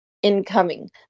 incoming